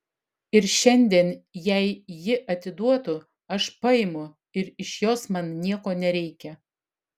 ir šiandien jei ji atiduotų aš paimu ir iš jos man nieko nereikia